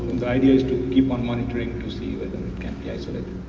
the idea is to keep on monitoring to see. kind of yeah